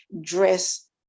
dress